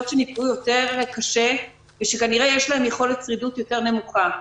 שנפגעו יותר קשה ושכנראה יש להם יכולת שרידות יותר נמוכה.